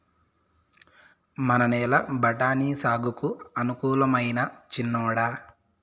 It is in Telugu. మన నేల బఠాని సాగుకు అనుకూలమైనా చిన్నోడా